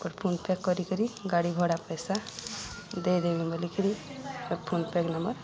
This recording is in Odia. ଫୋନ ପେକ୍ କରିକି ଗାଡ଼ି ଭଡ଼ା ପଇସା ଦେଇଦେମି ବୋଲିକରି ଫୋନ ପେକ୍ ନମ୍ବର